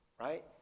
right